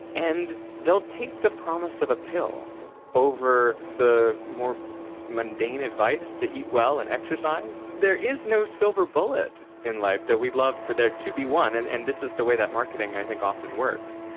and they'll take the promise of a pill over the more mundane advice to eat well and exercise. there is no silver bullet in life, we'd love for there to be one and and this is the way that marketing i think often works.